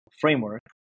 framework